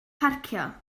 parcio